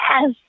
yes